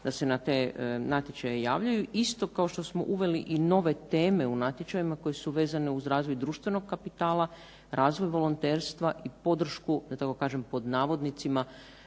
da se te natječaje javljaju. Isto kao što smo uveli i nove teme u natječajima koje su vezane uz razvoj društvenog kapitala, razvoj volonterstva i podršku da tako kažem "malim